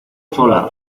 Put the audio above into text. sola